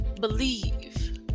believe